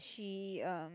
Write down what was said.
she um